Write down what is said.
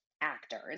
actors